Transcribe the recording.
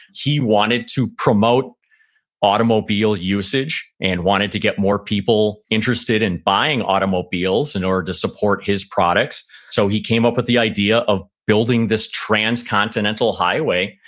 he wanted to promote automobile usage and wanted to get more people interested in buying automobiles in order to support his products so he came up with the idea of building this transcontinental highway,